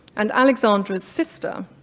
and alexandra's sister,